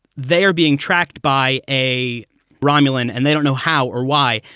they are being tracked by a romulan. and they don't know how or why.